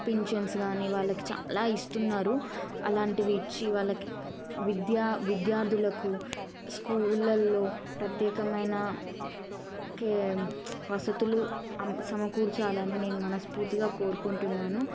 పింఛన్స్ కానీ వాళ్ళకి చాలా ఇస్తున్నారు అలాంటివి ఇచ్చి వాళ్ళకి విద్యా విద్యార్థులకు స్కూల్లల్లో ప్రత్యేకమైన కె వసతులు అం సమకూర్చాలని నేను మనస్ఫూర్తిగా కోరుకుంటున్నాను